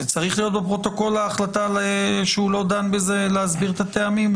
צריכה להיות בפרוטוקול ההחלטה שהוא לא דן בזה ולהסביר את הטעמים?